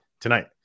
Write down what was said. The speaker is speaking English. tonight